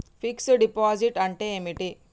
Fix డ్ deposit అంటే ఏమిటి?